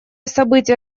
события